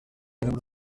muri